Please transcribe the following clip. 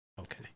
Okay